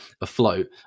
afloat